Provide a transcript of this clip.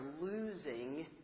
losing